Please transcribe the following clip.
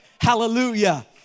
Hallelujah